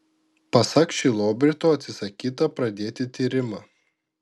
pasak šilobrito atsisakyta pradėti tyrimą